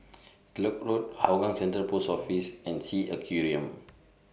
Kellock Road Hougang Central Post Office and S E A Aquarium